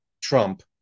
Trump